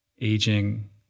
aging